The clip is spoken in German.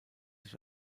sich